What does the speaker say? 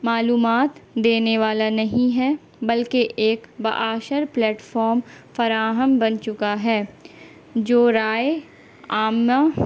معلومات دینے والا نہیں ہے بلکہ ایک با اثر پلیٹفام فراہم بن چکا ہے جو رائے عامہ